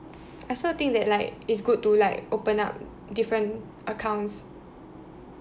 I also think that like it's good to like open up different accounts